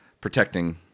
protecting